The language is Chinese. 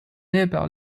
列表